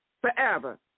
Forever